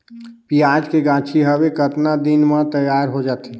पियाज के गाछी हवे कतना दिन म तैयार हों जा थे?